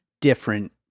different